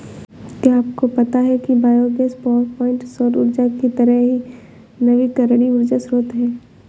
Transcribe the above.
क्या आपको पता है कि बायोगैस पावरप्वाइंट सौर ऊर्जा की तरह ही नवीकरणीय ऊर्जा स्रोत है